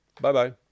Bye-bye